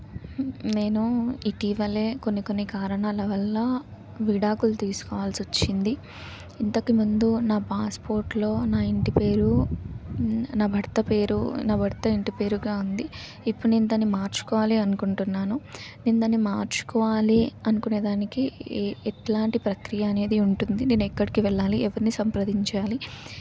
నేను ఇటీవలే కొన్ని కొన్ని కారణాల వల్ల విడాకులు తీసుకోవాల్సి వచ్చింది ఇంతకు ముందు నా పాస్పోర్ట్లో నా ఇంటిపేరు నా భర్త పేరు నా భర్త ఇంటి పేరుగా ఉంది ఇప్పుడు నేను దాన్ని మార్చుకోవాలి అనుకుంటున్నాను నేను దాన్ని మార్చుకోవాలి అనుకునేదానికి ఎట్లాంటి ప్రక్రియ అనేది ఉంటుంది నేను ఎక్కడికి వెళ్ళాలి ఎవరిని సంప్రదించాలి